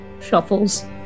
shuffles